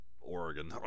Oregon